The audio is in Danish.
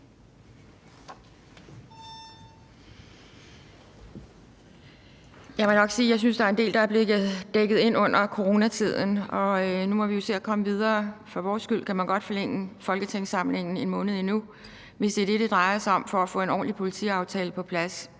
jeg synes, at der er en del, der er blevet dækket ind under coronatiden. Nu må vi se at komme videre. For vores skyld kan man godt forlænge folketingssamlingen en måned endnu, hvis det er det, det drejer sig om for at få en ordentlig politiaftale på plads.